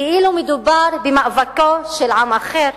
כאילו מדובר במאבקו של עם אחר,